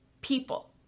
people